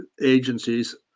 agencies